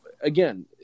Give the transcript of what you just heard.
again